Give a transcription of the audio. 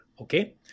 okay